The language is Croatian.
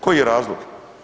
Koji je razlog?